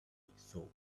thought